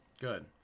Good